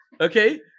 Okay